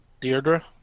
Deirdre